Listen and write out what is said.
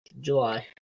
July